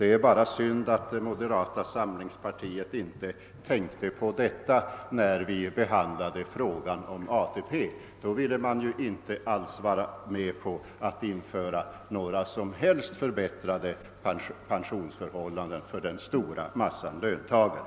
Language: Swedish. Det är bara synd att moderata samlingspartiet inte tänkte på det när vi behandlade frågan om ATP; då var man inte med på att införa några som helst förbättrade pensionsförhållanden för den stora massan löntagare.